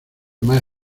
más